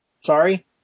Sorry